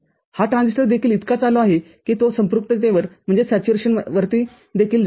हा ट्रान्झिस्टर देखील इतका चालू आहे की तो संपृक्ततेवर देखील जातो